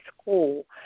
school